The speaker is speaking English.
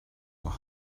were